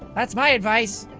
that's my advice.